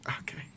Okay